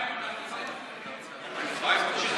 חיים, אנחנו,